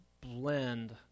blend